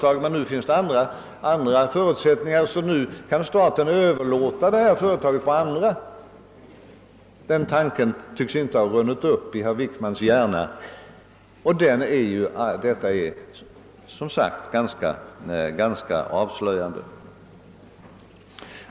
Den tanken tycks inte i principresonemangen ha runnit upp i herr Wickmans hjärna, att staten kan överlåta ett företag till andra, om förutsättningarna ändras, och det är som sagt ganska avslöjande.